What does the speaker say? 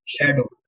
shadow